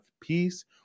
peace